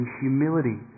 humility